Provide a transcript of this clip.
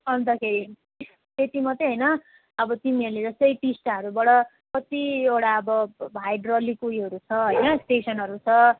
अन्तखेरि त्यत्ति मात्रै होइन अब तिमीहरूले जस्तै टिस्टाहरूबाट कतिवटा अब हाइड्रलिक उयोहरू छ होइन स्टेसनहरू छ